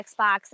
Xbox